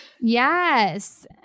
Yes